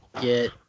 get